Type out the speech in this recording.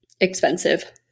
expensive